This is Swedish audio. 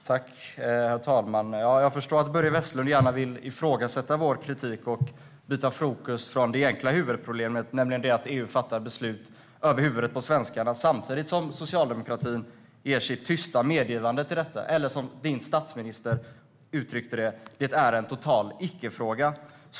Herr talman! Jag förstår att Börje Vestlund gärna vill ifrågasätta vår kritik och flytta fokus från det egentliga huvudproblemet, nämligen att EU fattar beslut över huvudet på svenskarna samtidigt som socialdemokratin ger sitt tysta medgivande, eller som statsministern uttryckte det: Det är en total icke-fråga.